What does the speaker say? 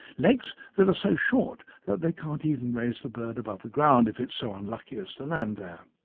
legs that are so short that they can't even raise the bird above the ground if it's so unlucky as to land there.